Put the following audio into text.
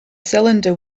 cylinder